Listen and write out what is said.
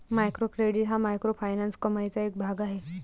micro credit हा microfinance कमाईचा एक भाग आहे